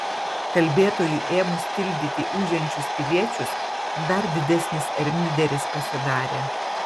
kalbėtojui ėmus tildyti ūžiančius piliečius dar didesnis ermyderis pasidarė